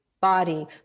body